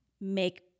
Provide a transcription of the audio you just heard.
make